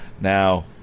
Now